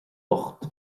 locht